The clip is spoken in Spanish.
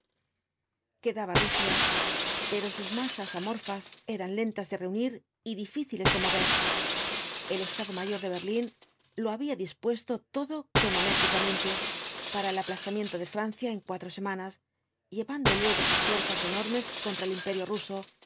quedaba rusia pero sus masas amorfas eran lentas de reunir y difíciles de mover el estado mayor de berlín lo había dispuesto todo cronométricamente para el aplastamiento de francia en cuatro semanas llevando luego sus fuerzas enormes contra el imperio ruso